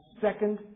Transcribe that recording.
second